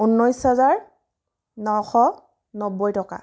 ঊনৈছ হাজাৰ নশ নব্বৈ টকা